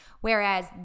Whereas